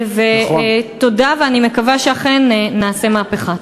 תודה, ואני מקווה שאכן נעשה מהפכה.